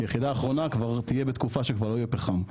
כי האחרונה כבר תהיה בתקופה שכבר לא יהיה פחם,